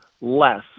less